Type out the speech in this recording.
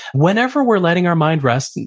whenever we're letting our mind rest, and